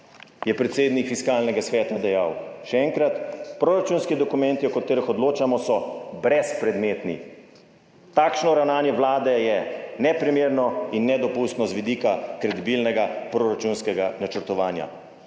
je predsednik Fiskalnega sveta dejal, še enkrat: »Proračunski dokumenti, o katerih odločamo, so brezpredmetni. Takšno ravnanje Vlade je neprimerno in nedopustno z vidika kredibilnega proračunskega načrtovanja.«